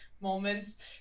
moments